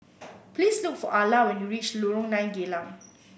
please look for Alla when you reach Lorong Nine Geylang